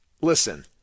Listen